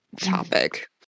topic